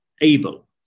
able